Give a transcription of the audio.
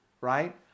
right